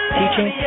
teaching